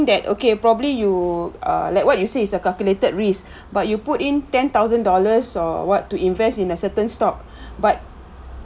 that okay probably you ah like what you say is a calculated risk but you put in ten thousand dollars or what to invest in a certain stock but